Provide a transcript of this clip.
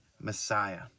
Messiah